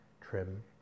trim